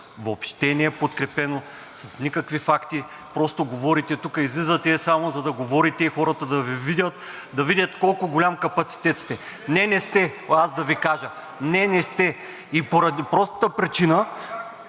въобще не е подкрепено с никакви факти, а просто излизате само, за да говорите и хората да Ви видят, да видят колко голям капацитет сте. Не, не сте! Аз да Ви кажа: не, не сте и поради простата причина...